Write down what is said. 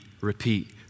repeat